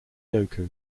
goku